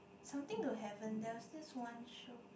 something to heaven there was this one show